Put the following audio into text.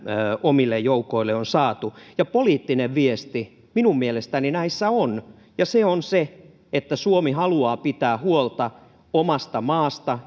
omille joukoille on saatu poliittinen viesti minun mielestäni näissä on ja se on se että suomi haluaa pitää huolta omasta maastaan